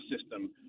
system